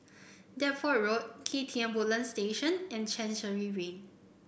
Deptford Road K T M Woodlands Station and Chancery Lane